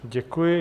Děkuji.